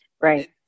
Right